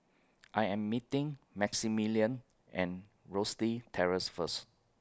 I Am meeting Maximillian and Rosyth Terrace First